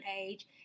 age